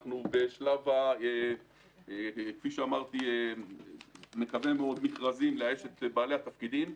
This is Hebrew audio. אנחנו בשלב המכרזים מקווה מאוד לאייש את בעלי התפקידים.